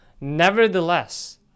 Nevertheless